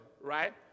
right